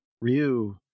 ryu